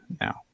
now